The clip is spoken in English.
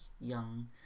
young